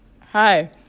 hi